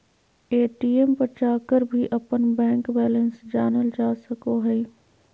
ATM पर जाकर भी अपन बैंक बैलेंस जानल जा सको हइ